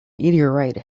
meteorite